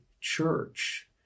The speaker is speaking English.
church